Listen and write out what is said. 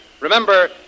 Remember